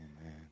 Amen